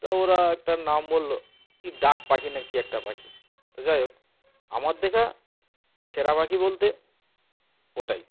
তো ওরা একটা নাম বললো কী ডাক পাখি না কী একটা পাখি তা যাই হোক আমার দেখা সেরা পাখি বলতে ওটাই